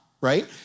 right